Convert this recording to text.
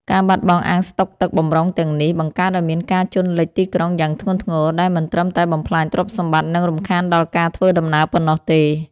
ការបាត់បង់អាងស្តុកទឹកបម្រុងទាំងនេះ បង្កើតឱ្យមានការជន់លិចទីក្រុងយ៉ាងធ្ងន់ធ្ងរ ដែលមិនត្រឹមតែបំផ្លាញទ្រព្យសម្បត្តិ និងរំខានដល់ការធ្វើដំណើរប៉ុណ្ណោះទេ។